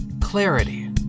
Clarity